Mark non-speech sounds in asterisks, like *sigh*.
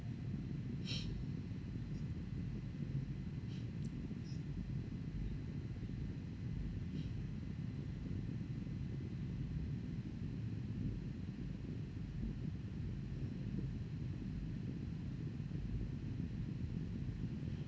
*breath* *breath*